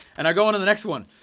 and i go onto the next one,